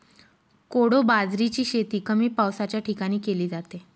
कोडो बाजरीची शेती कमी पावसाच्या ठिकाणी केली जाते